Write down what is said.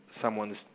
someone's